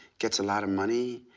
gets a lot of money,